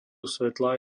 svetla